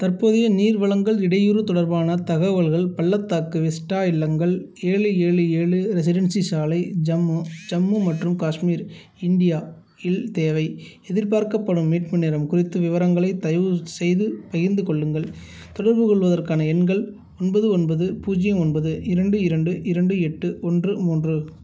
தற்போதைய நீர் வழங்கல் இடையூறு தொடர்பான தகவல்கள் பள்ளத்தாக்கு விஸ்டா இல்லங்கள் ஏழு ஏழு ஏழு ரெசிடென்சி சாலை ஜம்மு ஜம்மு மற்றும் காஷ்மீர் இந்தியாயில் தேவை எதிர்பார்க்கப்படும் மீட்பு நேரம் குறித்து விவரங்களை தயவு செய்து பகிர்ந்துக் கொள்ளுங்கள் தொடர்பு கொள்வதற்கான எண்கள் ஒன்பது ஒன்பது பூஜ்ஜியம் ஒன்பது இரண்டு இரண்டு இரண்டு எட்டு ஒன்று மூன்று